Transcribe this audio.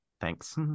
Thanks